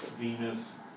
Venus